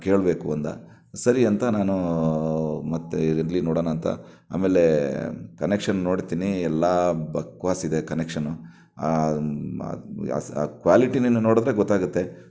ಕೇಳಬೇಕು ಅಂದ ಸರಿ ಅಂತ ನಾನೂ ಮತ್ತೆ ಇರಲಿ ನೋಡಣ ಅಂತ ಆಮೇಲೆ ಕನೆಕ್ಷನ್ ನೋಡ್ತೀನಿ ಎಲ್ಲ ಬಕ್ವಾಸ್ ಇದೆ ಕನೆಕ್ಷನು ಕ್ವಾಲಿಟಿನೆನಾ ನೋಡಿದ್ರೆ ಗೊತ್ತಾಗುತ್ತೆ